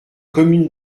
commune